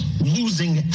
losing